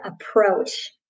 approach